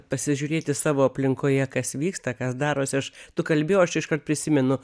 pasižiūrėti savo aplinkoje kas vyksta kas darosi aš tu kalbi o aš iškart prisimenu